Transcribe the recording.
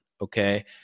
Okay